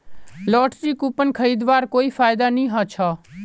lottery coupon खरीदवार कोई फायदा नी ह छ